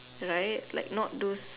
right like not those